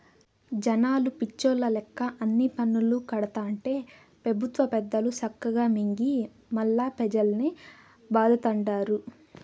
జనాలు పిచ్చోల్ల లెక్క అన్ని పన్నులూ కడతాంటే పెబుత్వ పెద్దలు సక్కగా మింగి మల్లా పెజల్నే బాధతండారు